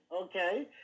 okay